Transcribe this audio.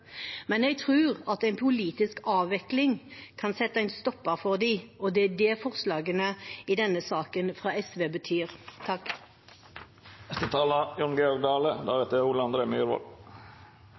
men jeg tror at en politisk avvikling kan sette en stopper for dem, og det er det forslagene i denne saken fra SV betyr.